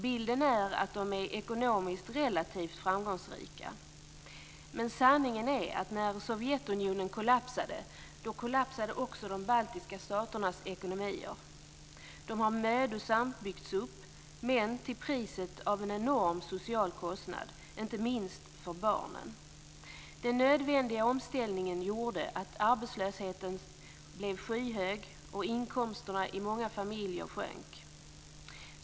Bilden är att de är ekonomiskt relativt framgångsrika. Men sanningen är att när Sovjetunionen kollapsade, då kollapsade också de baltiska staternas ekonomier. De har mödosamt byggts upp, men till priset av en enorm social kostnad, inte minst för barnen. Den nödvändiga omställningen gjorde att arbetslösheten blev skyhög och inkomsterna i många familjer sjönk.